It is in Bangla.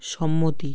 সম্মতি